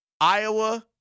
Iowa